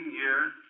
years